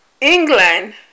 England